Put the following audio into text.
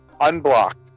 unblocked